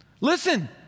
Listen